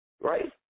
Right